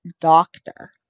doctor